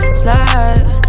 slide